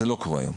זה לא קורה היום.